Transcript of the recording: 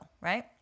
right